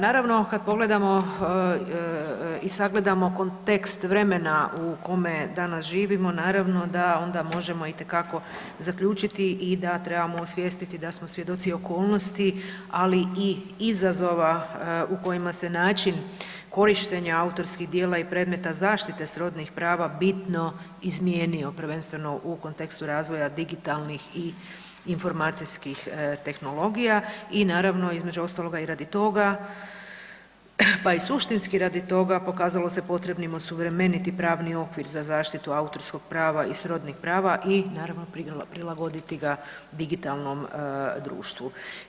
Naravno kad pogledamo i sagledamo kontekst vremena u kome danas živimo, naravno da onda možemo itekako zaključiti i da trebamo osvijestiti da smo svjedoci okolnosti, ali i izazova u kojima se način korištenja autorskih djela i predmeta zaštita srodnih prava bitno izmijenio, prvenstveno u kontekstu razvoja digitalnih i informacijskih tehnologija i naravno između ostaloga i radi toga pa i suštinski radi toga pokazalo se potrebnim osuvremeniti pravni okvir za zaštitu autorskog prava i srodnih prava i naravno prilagoditi ga digitalnom društvu.